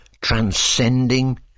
transcending